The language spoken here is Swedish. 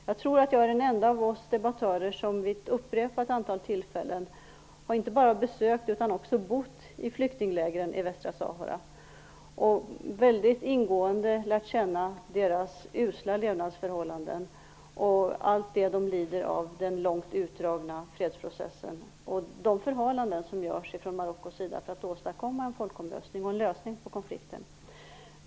Jag tror att jag är den enda av oss debattörer som vid ett upprepat antal tillfällen inte bara besökt utan också bott i flyktinglägren i västra Sahara. Jag har väldigt ingående lärt känna deras usla levnadsförhållanden och allt de lider av. Det gäller den långt utdragna fredsprocessen och de förhalanden som görs från Marockos sida för att åstadkomma en folkomröstning och en lösning på konflikten.